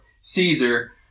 Caesar